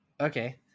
Okay